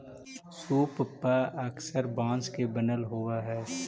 सूप पअक्सर बाँस के बनल होवऽ हई